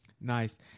Nice